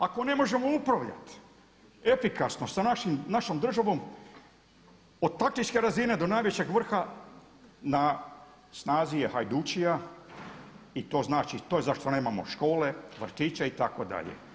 Ako ne možemo upravljati efikasno sa našom državom od taktičke razine do najvišeg vrha na snazi je hajdučija i to znači to je za što nemamo škole, vrtiće itd.